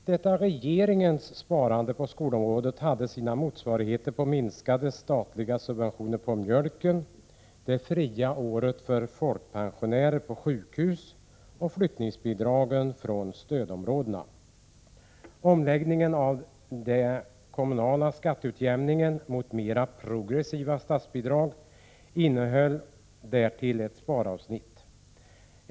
Detta regeringens sparande på skolområdet hade sina motsvarigheter i sjukhus och bidraget till flyttning från stödområdena. Omläggningen av den kommunala skatteutjämningen mot mera progressiva statsbidrag innehöll därtill ett sparavsnitt.